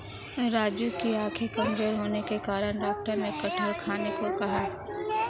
राजू की आंखें कमजोर होने के कारण डॉक्टर ने कटहल खाने को कहा